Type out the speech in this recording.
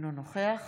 אינו נוכח